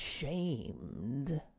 shamed